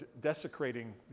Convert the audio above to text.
desecrating